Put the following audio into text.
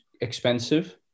expensive